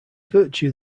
virtue